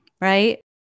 right